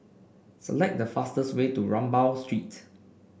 select the fastest way to Rambau Street